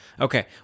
Okay